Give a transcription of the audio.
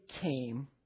came